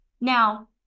Now